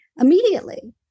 immediately